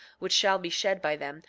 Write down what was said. which shall be shed by them,